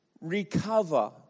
Recover